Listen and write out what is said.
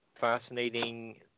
fascinating